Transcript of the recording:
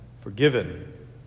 forgiven